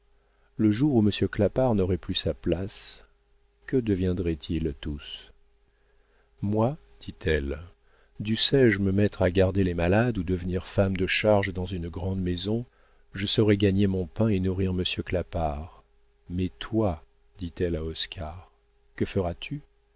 le jour où monsieur clapart n'aurait plus sa place que deviendraient-ils tous moi dit-elle dussé-je me mettre à garder les malades ou devenir femme de charge dans une grande maison je saurai gagner mon pain et nourrir monsieur clapart mais toi dit-elle à oscar que feras-tu